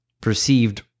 perceived